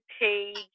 page